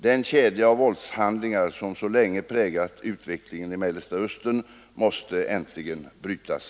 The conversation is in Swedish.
Den kedja av våldshandlingar som så länge präglat utvecklingen i Mellersta Östern måste äntligen brytas.